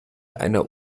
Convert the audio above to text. einer